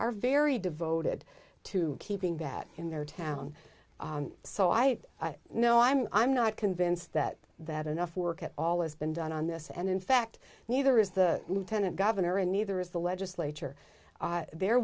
are very devoted to keeping that in their town so i know i'm i'm not convinced that that enough work at all has been done on this and in fact neither is the lieutenant governor and neither is the legislature they're